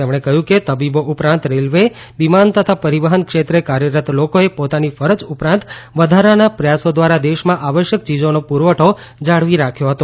તેમણે કહયું કે તબીબો ઉપરાંત રેલવે વિમાન તથા પરીવહન ક્ષેત્રે કાર્યરત લોકોએ પોતાની ફરજ ઉપરાંત વધારાના પ્રયાસો ધ્વારા દેશમાં આવશ્યક ચીજોનો પુરવઠો જાળવી રાખ્યો હતો